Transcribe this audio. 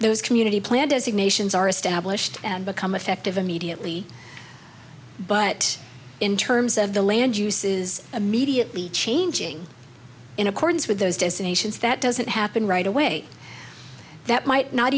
those community plan designations are established and become effective immediately but in terms of the land uses immediately changing in accordance with those destinations that doesn't happen right away that might not